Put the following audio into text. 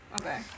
Okay